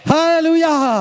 Hallelujah